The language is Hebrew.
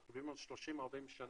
אנחנו מדברים על 30 או 40 שנה